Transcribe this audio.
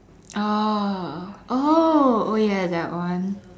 oh oh oh ya that one